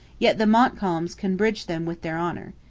yet the montcalms can bridge them with their honour.